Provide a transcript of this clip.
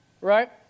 right